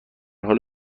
حال